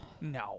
No